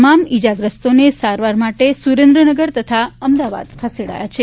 તમામ ઇજાશ્રસ્તોને સારવાર માટે સુરેન્દ્રનગર તથા અમદાવાદ ખસેડાયા છે